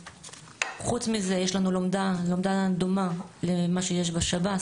חוץ מזה יש לנו לומדה דומה למה שיש בשב"ס,